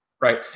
right